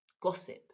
gossip